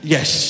Yes